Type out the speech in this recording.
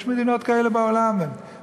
יש מדינות כאלה בעולם,